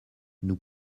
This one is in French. nous